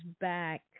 back